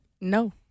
No